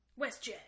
WestJet